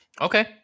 Okay